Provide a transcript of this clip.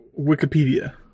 Wikipedia